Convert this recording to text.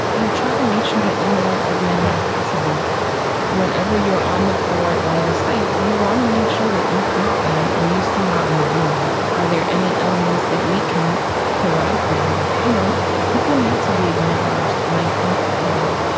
you try to make sure that you know as many as possible whenever you're on the floor at one of the sites, you want to make sure that you greet them and you see how they are doing. are there any elements that we can provide for them? you know, people need to be acknowledged. and i think, you know,